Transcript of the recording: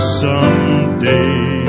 someday